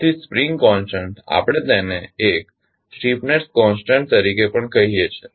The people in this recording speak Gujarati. તેથી સ્પ્રિંગ કોન્સટન્ટ આપણે તેને એક સ્ટિફનેસ કોન્સટન્ટ તરીકે પણ ઓળખીએ છીએ